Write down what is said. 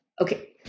Okay